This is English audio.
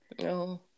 no